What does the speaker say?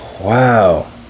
Wow